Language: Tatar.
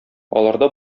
аларда